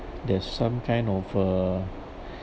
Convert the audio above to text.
there's some kind of uh